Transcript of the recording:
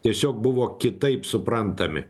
tiesiog buvo kitaip suprantami